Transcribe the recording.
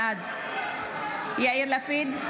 בעד יאיר לפיד,